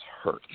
hurt